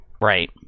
Right